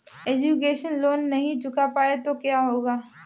Education loan नहीं चुका पाए तो क्या होगा?